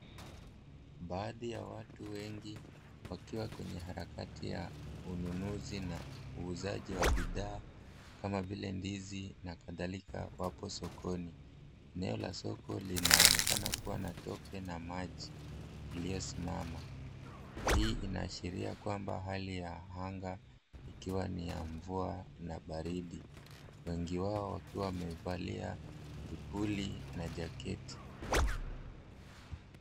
Baadhi ya watu wengi wakiwa kwenye harakati ya ununuzi na uuzaji wa bidhaa kama vile ndizi na kadhalika wapo sokoni. Eneo la soko linaonekana kuwa na tope na maji iliyosimama. Hii inaashiria kwamba hali ya anga ikiwa ni ya mvua na baridi, wengi wao wakiwa wamevalia kipuli na jaketi.